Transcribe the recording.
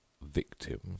victim